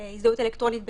הזדהות אלקטרונית בטוחה,